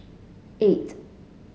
eight